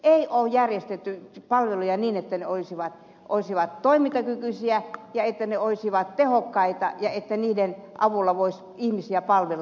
ei ole järjestetty palveluja niin että ne olisivat toimintakykyisiä ja että ne olisivat tehokkaita ja että niiden avulla voisi ihmisiä palvella